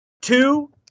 Two